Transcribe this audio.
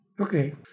Okay